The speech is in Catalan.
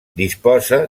disposa